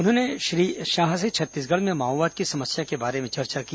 उन्होंने श्री शाह से छत्तीसगढ़ में माओवाद की समस्या के बारे में चर्चा की